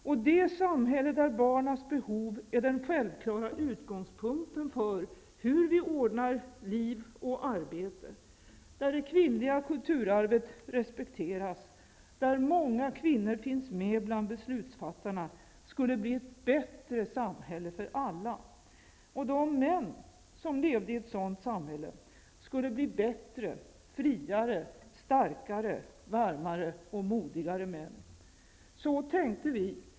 Och det samhället, där barnens behov är den självklara utgångspunkten för hur vi ordnar liv och arbete, där det kvinnliga kulturarvet respekteras, där många kvinnor finns med bland beslutsfattarna, skulle bli ett bättre samhälle för alla. De män som levde i ett sådant samhälle skulle bli bättre, friare, starkare, varmare och modigare män. Så tänkte vi.